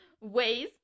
Ways